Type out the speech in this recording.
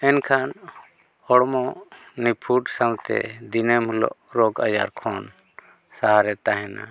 ᱮᱱᱠᱷᱟᱱ ᱦᱚᱲᱢᱚ ᱱᱤᱯᱷᱩᱴ ᱥᱟᱶᱛᱮ ᱫᱤᱱᱟᱹᱢ ᱦᱤᱞᱳᱜ ᱨᱳᱜᱽ ᱟᱡᱟᱨ ᱠᱷᱚᱱ ᱥᱟᱦᱟᱨᱮ ᱛᱟᱦᱮᱱᱟ